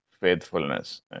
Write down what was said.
faithfulness